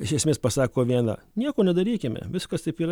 iš esmės pasako viena nieko nedarykime viskas taip yra